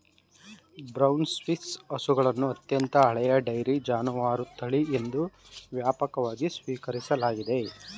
brown Swiss ಹಸುಗಳನ್ನು ಅತ್ಯಂತ ಹಳೆಯ ಡೈರಿ ಜಾನುವಾರು ತಳಿ ಎಂದು ವ್ಯಾಪಕವಾಗಿ ಸ್ವೀಕರಿಸಲಾಗಿದೆ